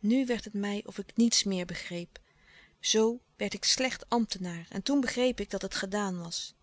nu werd het mij of ik niets meer begreep zoo werd ik slecht ambtenaar en toen begreep ik dat het gedaan was